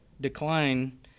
decline